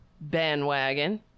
bandwagon